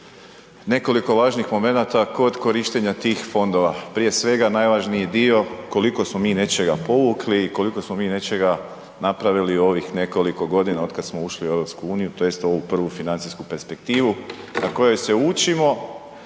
nekoliko važnih momenata kod korištenja tih fondova. Prije svega, najvažniji dio koliko smo mi nečega povukli i koliko smo mi nečega napravili u ovih nekoliko godina otkad smo ušli u EU, tj. ovu prvu financijsku perspektivu na kojoj se učimo